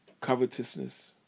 covetousness